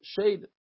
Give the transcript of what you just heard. shade